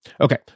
okay